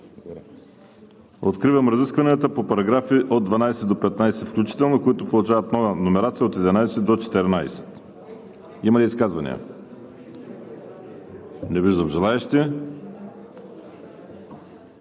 Откривам разискванията по параграфи от 12 до 15 включително, които получават нова номерация от 11 до 14. Има ли изказвания? Не виждам.